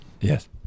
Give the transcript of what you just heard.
Yes